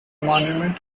monument